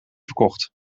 verkocht